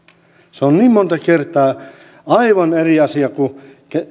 se on niin monta kertaa aivan eri asia kun